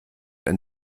ein